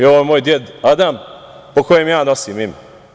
Ovo je moj deda Adam, po kojem ja nosim ime.